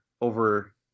over